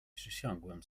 przysiągłem